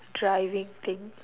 driving thing